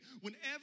Whenever